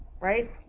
right